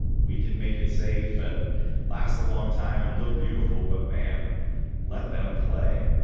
we can make it safe and last a long time and look beautiful. but man let them play.